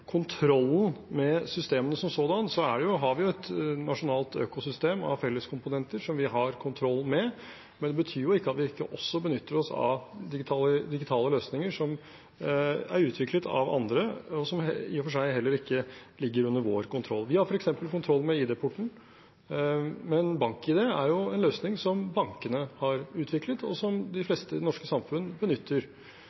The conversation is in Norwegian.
kontrollen med systemene som sådanne, har vi et nasjonalt økosystem av felleskomponenter som vi har kontroll med, men det betyr jo ikke at vi ikke også benytter oss av digitale løsninger som er utviklet av andre, og som i og for seg heller ikke ligger under vår kontroll. Vi har f.eks. kontroll med ID-porten, men BankID er en løsning som bankene har utviklet, som de fleste i det norske samfunn benytter seg av, og som